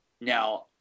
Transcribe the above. Now